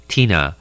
Tina